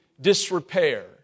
disrepair